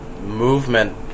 movement